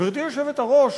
גברתי היושבת-ראש,